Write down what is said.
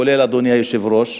כולל אדוני היושב-ראש.